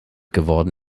geworden